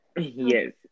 yes